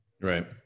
Right